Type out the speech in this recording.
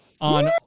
on